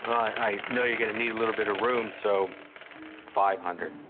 i know you're going to need a little bit of room, so five hundred.